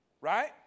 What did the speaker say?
Right